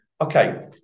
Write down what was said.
okay